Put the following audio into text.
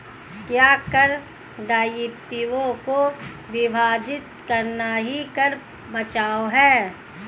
क्या कर दायित्वों को विभाजित करना ही कर बचाव है?